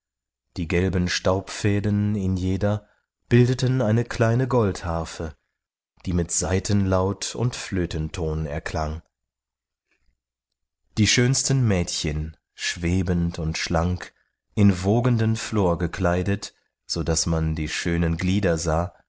die gelben staubfäden in jeder bildeten eine kleine goldharfe die mit saitenlaut und flötenton erklang die schönsten mädchen schwebend und schlank in wogenden flor gekleidet sodaß man die schönen glieder sah